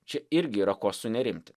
čia irgi yra ko sunerimti